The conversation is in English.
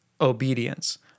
obedience